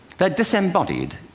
they're disembodied,